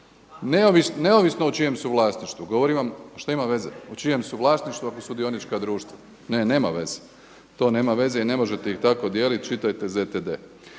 Neovisno u čijem su vlasništvu govorim vam što ima veze u čijem su vlasništvu ako su dionička društva. Ne, nema veze. To nema veze i ne možete ih tako dijeliti. Čitajte ZTD.